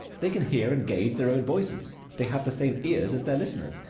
they can hear and gauge their own voices. they have the same ears as their listeners.